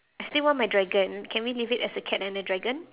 I still want my dragon can we leave it as a cat and a dragon